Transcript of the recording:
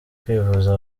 kwivuza